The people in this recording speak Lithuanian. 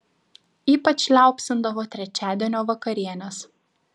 ypač liaupsindavo trečiadienio vakarienes